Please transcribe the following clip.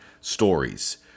stories